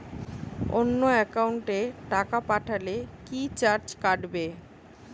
অন্য একাউন্টে টাকা পাঠালে কি চার্জ কাটবে?